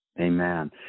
Amen